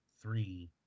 three